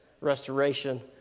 restoration